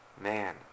Man